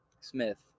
Smith